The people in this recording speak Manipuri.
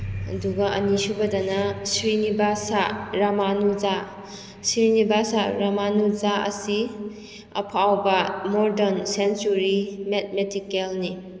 ꯑꯗꯨꯒ ꯑꯅꯤꯁꯨꯕꯗꯅ ꯁ꯭ꯔꯤꯅꯤꯕꯥꯁꯁꯥ ꯔꯥꯃꯥꯅꯨꯖꯥ ꯁ꯭ꯔꯤꯅꯤꯕꯥꯁꯁꯥ ꯔꯥꯃꯥꯅꯨꯖꯥ ꯑꯁꯤ ꯑꯐꯥꯎꯕ ꯃꯣꯔꯗꯔꯟ ꯁꯦꯟꯆꯨꯔꯤ ꯃꯦꯠꯃꯦꯇꯤꯀꯦꯜꯅꯤ